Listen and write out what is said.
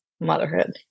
motherhood